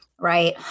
right